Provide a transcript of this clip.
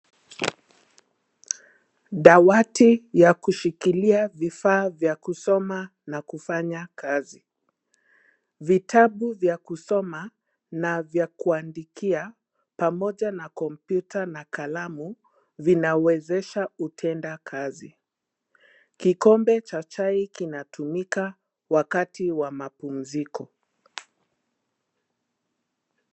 Dawati ya kushikilia vifaa vya kusoma na kufanya kazi, vitabu vya kusoma na vya kuandikia pamoja na kompyuta na kalamu vinawezesha kutenda kazi. Kikombe cha chai kinatumika wakati wa mapumziko.